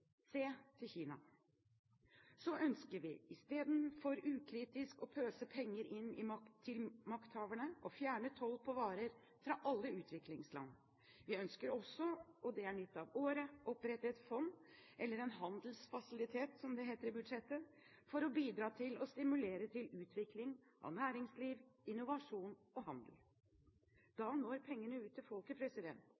Se til Kina. Så ønsker vi, i stedet for ukritisk å pøse penger inn til makthaverne, å fjerne toll på varer fra alle utviklingsland. Vi ønsker også, og det er nytt av året, å opprette et fond, eller en handelsfasilitet, som det heter i budsjettet, for å bidra til å stimulere til utvikling av næringsliv, innovasjon og